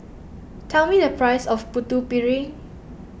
tell me the price of Putu Piring